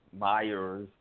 Myers